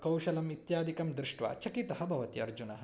कौशलम् इत्यादिकं दृष्ट्वा चकितः भवति अर्जुनः